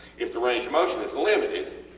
if the range of motion is limited,